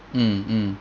mm mm mm